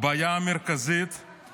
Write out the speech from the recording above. הבעיה המרכזית היא